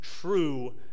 true